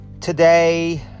Today